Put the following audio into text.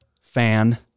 fan